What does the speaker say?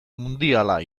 mundiala